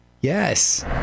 Yes